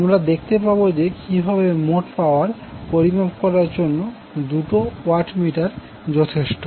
আমরা দেখতে পাবো যে কিভাবে মোট পাওয়ার পরিমাপ করার জন্য দুটি ওয়াট মিটার যথেষ্ট